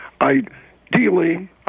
ideally